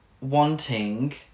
wanting